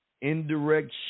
indirect